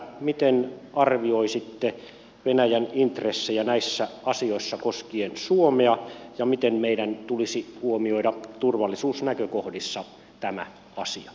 miten arvioisitte venäjän intressejä näissä asioissa koskien suomea ja miten meidän tulisi huomioida turvallisuusnäkökohdissa tämä asia